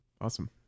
Awesome